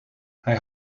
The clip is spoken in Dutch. hij